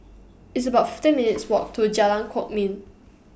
It's about fifty minutes' Walk to Jalan Kwok Min